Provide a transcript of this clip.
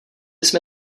jsme